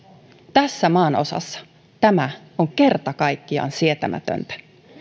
tässä maanosassa tämä on kerta kaikkiaan sietämätöntä